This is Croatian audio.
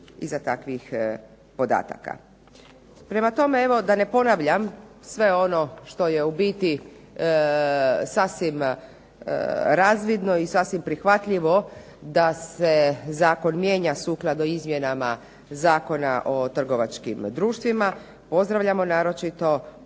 iza takvih podataka. Prema tome, da ne ponavljam sve ono što je u biti sasvim razvidno i sasvim prihvatljivo da se Zakon mijenja sukladno Izmjenama Zakona o trgovačkim društvima, pozdravljamo naročito